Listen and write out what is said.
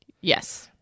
yes